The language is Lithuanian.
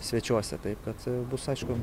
svečiuose taip kad bus aišku